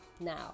Now